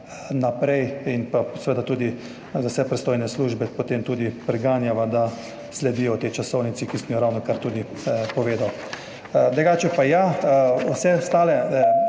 naprej in seveda tudi vse pristojne službe potem preganjava, da sledijo tej časovnici, ki sem jo ravnokar tudi povedal. Drugače pa vse ostale